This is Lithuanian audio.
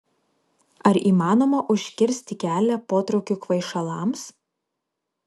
ar įmanoma užkirsti kelią potraukiui kvaišalams